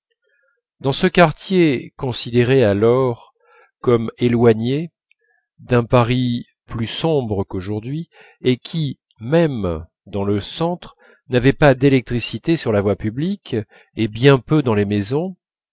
dans ce quartier considéré alors comme éloigné d'un paris plus sombre qu'aujourd'hui et qui même dans le centre n'avait pas d'électricité sur la voie publique et bien peu dans les maisons